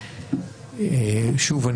שוב,